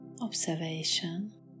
observation